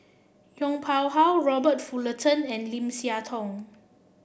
Yong Pung How Robert Fullerton and Lim Siah Tong